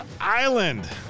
Island